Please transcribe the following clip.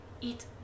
eat